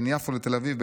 בין יפו לתל אביב,